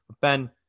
Ben